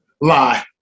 lie